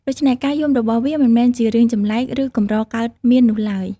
ដូច្នេះ ការយំរបស់វាមិនមែនជារឿងចម្លែក ឬកម្រកើតមាននោះឡើយ។